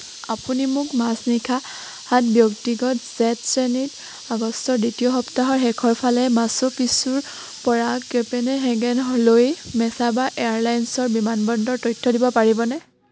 আপুনি মোক মাজনিশাত ব্যক্তিগত জেট শ্ৰেণীত আগষ্টৰ দ্বিতীয় সপ্তাহৰ শেষৰ ফালে মাচু পিচুৰ পৰা কোপেনহেগেনলৈ মেছাবা এয়াৰলাইনছৰ বিমানৰ তথ্য দিব পাৰিবনে